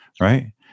right